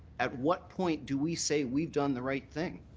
at what point do we say we've done the right thing?